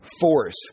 force